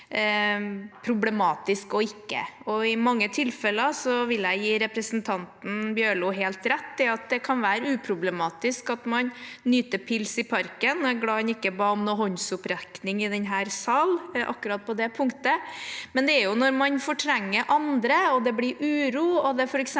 problematisk og ikke. I mange tilfeller vil jeg gi representanten Bjørlo helt rett i at det kan være uproblematisk at man nyter pils i parken – jeg er glad han ikke ba om noen håndsopprekning i denne salen akkurat på det punktet – men det er når man fortrenger andre, det blir uro og det f.eks.